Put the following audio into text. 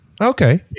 okay